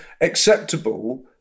acceptable